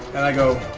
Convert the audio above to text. and i go,